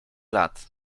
lat